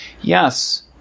Yes